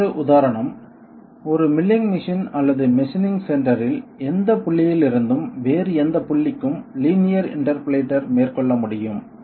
மற்றொரு உதாரணம் ஒரு மில்லிங் மெஷின் அல்லது மெஷினிங் சென்டரில் எந்த புள்ளியிலிருந்தும் வேறு எந்த புள்ளிக்கும் லீனியர் இண்டர்போலேட்டர் மேற்கொள்ள முடியும்